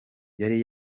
yari